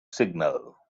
signal